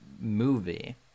movie